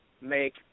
make